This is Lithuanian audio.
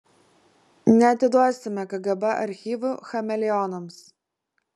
neatiduosime kgb archyvų chameleonams